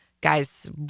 guys